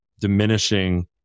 diminishing